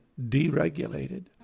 deregulated